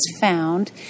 found